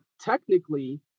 technically